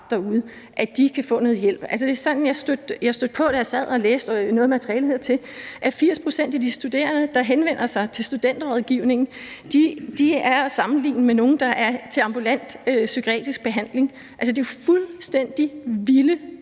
derude, kan få noget hjælp. Da jeg sad og læste noget materiale hertil, stødte jeg på, at 80 pct. af de studerende, der henvender sig til Studenterrådgivningen, er at sammenligne med nogle, der er til ambulant psykiatrisk behandling. Altså, det er fuldstændig vilde